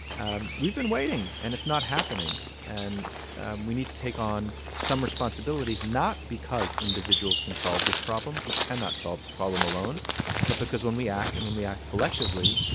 and we've been waiting, and it's not happening. and we need to take on some responsibility not because individuals can solve this problem we cannot solve this problem alone but because when we act and when we act collectively,